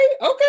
Okay